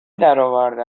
درآورده